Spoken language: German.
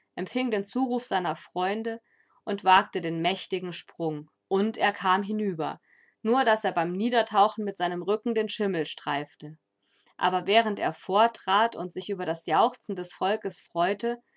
empfing den zuruf seiner freunde und wagte den mächtigen sprung und er kam hinüber nur daß er beim niedertauchen mit seinem rücken den schimmel streifte aber während er vortrat und sich über das jauchzen des volkes freute